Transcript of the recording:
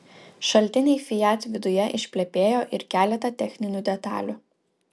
šaltiniai fiat viduje išplepėjo ir keletą techninių detalių